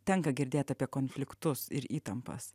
tenka girdėt apie konfliktus ir įtampas